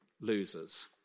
Losers